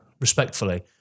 respectfully